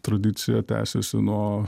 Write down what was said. tradicija tęsiasi nuo